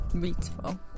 beautiful